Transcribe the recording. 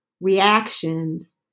reactions